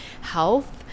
health